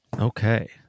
Okay